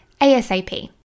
ASAP